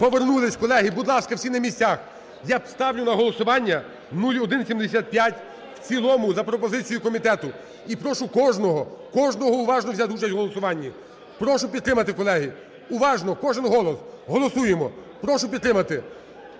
Повернулись, колеги. Будь ласка, всі на місцях. Я ставлю на голосування 0175 в цілому за пропозицією комітету. І прошу кожного, кожного уважно взяти участь в голосуванні. Прошу підтримати, колеги. Уважно кожен голос, голосуємо. Прошу підтримати.